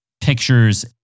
pictures